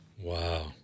Wow